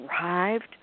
arrived